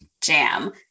jam